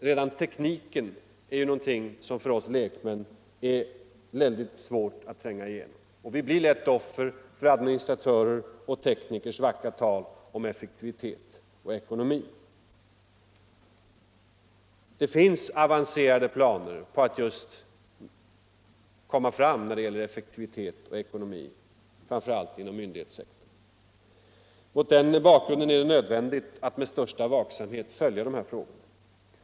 Redan tekniken är någonting som för oss lekmän är mycket besvärligt att tränga igenom, och vi blir lätt offer för administratörers och teknikers vackra tal om. effektivitet och ekonomi. Det finns avancerade planer på samordning av olika system där man hänvisar till sådana aspekter, framför allt inom myndighetssektorn. Mot den bakgrunden är det nödvändigt att med största vaksamhet följa de här frågorna.